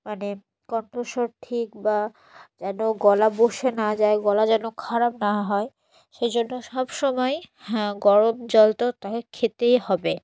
মানে কণ্ঠস্বর ঠিক বা যেন গলা বসে না যায় গলা যেন খারাপ না হয় সেই জন্য সব সময় হ্যাঁ গরম জল তো তাকে খেতেই হবে